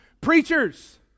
Preachers